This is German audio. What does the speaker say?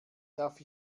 darf